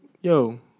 yo